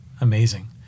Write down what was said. Amazing